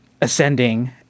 ascending